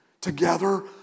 together